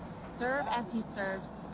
serve as he serves,